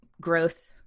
growth